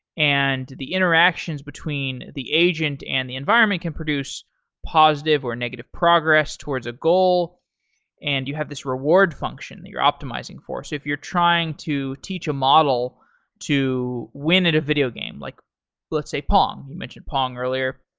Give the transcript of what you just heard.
and the interactions between the agent and the environment can produce positive or negative progress towards a goal and you have this reward function that you're optimizing for. if you're trying to teach a model to win at a video game, like let's say pong, you mentioned pong earlier.